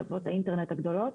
חברות האינטרנט הגדולות